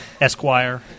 Esquire